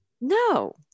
No